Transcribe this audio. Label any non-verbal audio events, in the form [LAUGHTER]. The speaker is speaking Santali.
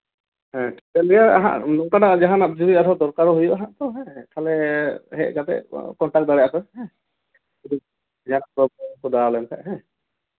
ᱦᱮᱸ ᱪᱮᱫᱠᱚ ᱞᱟᱹᱭᱟ ᱱᱚᱝᱠᱱᱟᱜ ᱡᱟᱦᱟᱱᱟᱜ ᱡᱩᱫᱤ ᱟᱨᱚ ᱫᱚᱨᱠᱟᱨ ᱦᱚᱸ ᱦᱩᱭᱩᱜᱼᱟ ᱦᱟᱸᱜ ᱛᱚ ᱛᱟᱦᱞᱮ ᱦᱮᱡ ᱠᱟᱛᱮᱜ ᱠᱚᱱᱴᱟᱠᱴ ᱫᱟᱲᱮᱭᱟᱜ ᱯᱮ ᱦᱮᱸ ᱴᱷᱤᱠ ᱜᱮ [UNINTELLIGIBLE] ᱦᱮᱸ